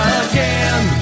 again